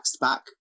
back